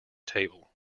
table